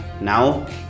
Now